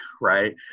right